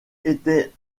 était